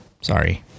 Sorry